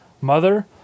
mother